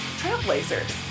trailblazers